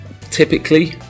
Typically